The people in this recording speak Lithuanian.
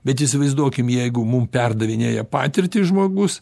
bet įsivaizduokim jeigu mum perdavinėja patirtį žmogus